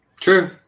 True